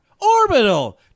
orbital